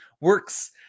works